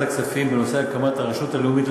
הכספים של נושא הקמת הרשות הלאומית,